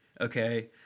okay